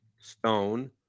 stone